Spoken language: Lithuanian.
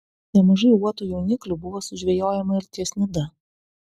nemažai uotų jauniklių buvo sužvejojama ir ties nida